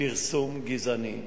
פרסום גזעני.